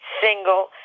single